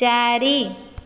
ଚାରି